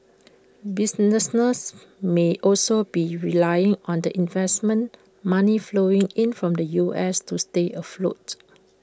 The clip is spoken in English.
businesses may also be relying on the investment money flowing in from the U S to stay afloat